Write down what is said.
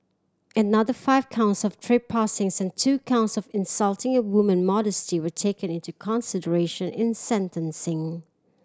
another five counts of trespassing and two counts of insulting a woman modesty were taken into consideration in sentencing